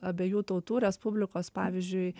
abiejų tautų respublikos pavyzdžiui